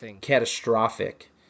catastrophic